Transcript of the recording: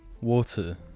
Water